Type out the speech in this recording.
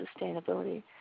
sustainability